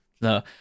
No